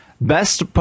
best